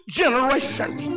generations